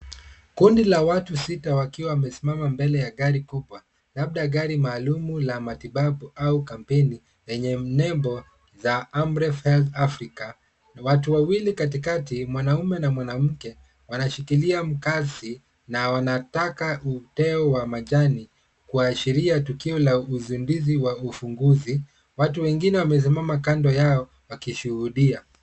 Kundi la watu sita, wakiwa wamesimama mbele ya gari kubwa, labda gari maalum la matibabu au kampeni yenye nembo za Amref Health Afrika na watu wawili katikati, mwanaume na mwanamke, wanashikilia mkasi na wanataka uteo wa majani kuashiria tukio la uzinduzi wa ufunguzi. Watu wengine wamesimama kando yao wakishuhudia.